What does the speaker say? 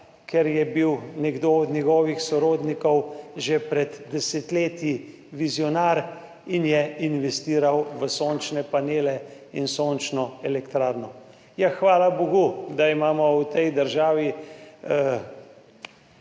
ker je bil nekdo od njegovih sorodnikov že pred desetletji vizionar in je investiral v sončne panele in sončno elektrarno. Ja, hvala bogu, da imamo v tej državi,